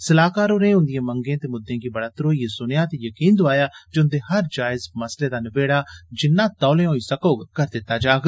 सलाहकार होरें उन्दिएं मंगें ते मुद्दें गी बड़ा घरोईयें सुनेआ ते यकीन दोआया जे उन्दे हर जायज मसले दा नबेड़ा जिन्ना तौले होई सकोग करी दित्ता जाग